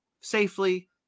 safely